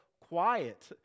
quiet